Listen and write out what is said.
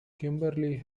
kimberly